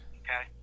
okay